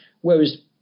whereas